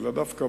אלא דווקא